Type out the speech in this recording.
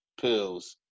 pills